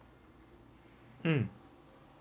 mm